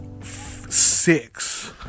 six